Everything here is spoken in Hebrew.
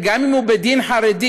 גם אם הוא בית-דין חרדי,